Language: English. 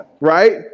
right